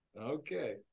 Okay